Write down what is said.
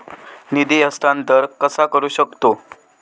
निधी हस्तांतर कसा करू शकतू?